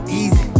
easy